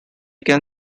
can